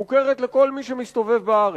מוכרת לכל מי שמסתובב בארץ.